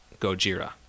Gojira